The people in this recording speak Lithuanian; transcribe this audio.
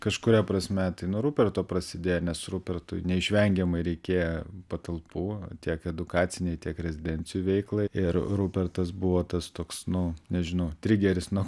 kažkuria prasme tai nuo ruperto prasidėjo nes rupertui neišvengiamai reikėjo patalpų tiek edukacinei tiek rezidencijų veiklai ir rupertas buvo tas toks nu nežinau trigeris nu